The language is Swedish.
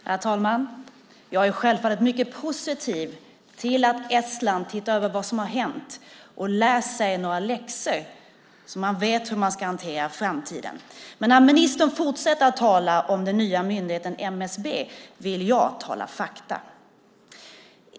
Herr talman! Jag är självfallet mycket positiv till att Estland tittar över vad som har hänt och lär sig några läxor så att man vet hur man ska hantera framtiden. Men när ministern fortsätter att tala om den nya myndigheten MSB vill jag tala om fakta.